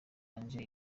ange